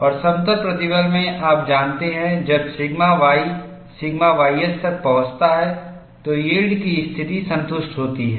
और समतल प्रतिबल में आप जानते हैं जब सिग्मा y सिग्मा ys तक पहुंचता है तो यील्ड की स्थिति संतुष्ट होती है